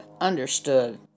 understood